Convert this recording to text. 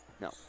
No